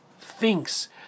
thinks